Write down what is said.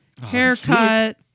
haircut